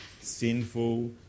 sinful